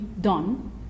done